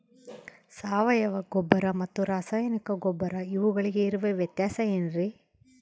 ಸಾವಯವ ಗೊಬ್ಬರ ಮತ್ತು ರಾಸಾಯನಿಕ ಗೊಬ್ಬರ ಇವುಗಳಿಗೆ ಇರುವ ವ್ಯತ್ಯಾಸ ಏನ್ರಿ?